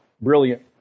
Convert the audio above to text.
brilliant